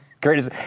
greatest